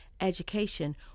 education